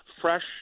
fresh